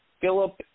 Philip